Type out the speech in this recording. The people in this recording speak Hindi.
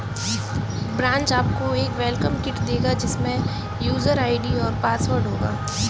ब्रांच आपको एक वेलकम किट देगा जिसमे यूजर आई.डी और पासवर्ड होगा